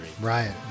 right